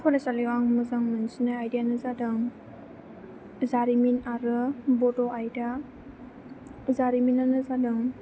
फरायसालियाव आं मोजां मोनसिननाय आयदायानो जादों जारिमिन आरो बड' आयदा जारिमिनानो जादों